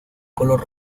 color